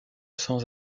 sans